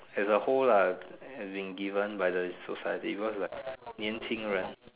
as a whole lah has been given by the society because like 年轻人